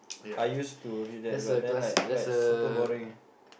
I used to read that but then like like super boring eh